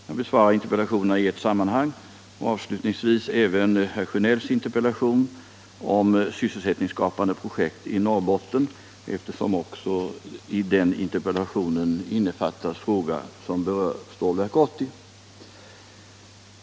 Jag besvarar interpellationerna i ett sammanhang och avslutningsvis även herr Sjönells interpellation om sysselsättningsskapande projekt i Norrbotten, eftersom också i den interpellationen innefattas fråga som berör Stålverk 80.